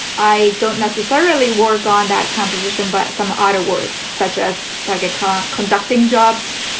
i don't necessarily work on that composition, but some order words such as like a car conducting jobs,